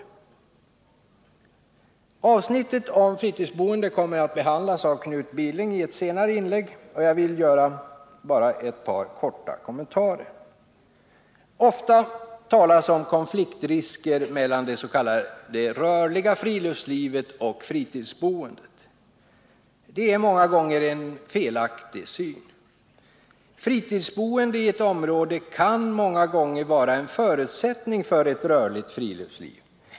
Tisdagen den Avsnittet om fritidsboende kommer att behandlas av Knut Billing i ett 11 december 1979 senare inlägg, och jag vill bara göra ett par korta kommentarer. Ofta talas om risker för konflikt mellan det s.k. rörliga friluftslivet och fritidsboendet. — Den fysiska riks Detta är många gånger en helt felaktig syn. Fritidsboendet i ett område kan planeringen många gånger vara en förutsättning för ett rörligt friluftsliv.